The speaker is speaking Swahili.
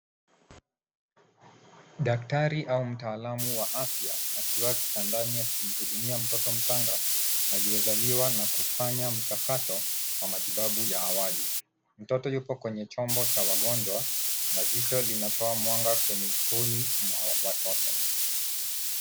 Daktari au mtaalamu wa afya akiwa kitandani akimhudumia mtoto mchanga aliyezaliwa na kufanya mchakato wa matibabu ya awali. Mtoto yuko kwenye chombo cha wagonjwa na jicho linatoa mwanga kwenye usoni mwa watoto.